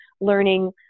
learning